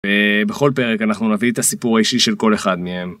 בכל פרק אנחנו נביא את הסיפור האישי של כל אחד מהם.